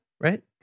right